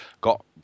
got